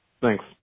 Thanks